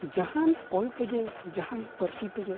ᱡᱟᱦᱟᱱ ᱚᱞᱛᱮᱜᱮ ᱡᱟᱦᱟᱱ ᱯᱟᱹᱨᱥᱤ ᱛᱮᱜᱮ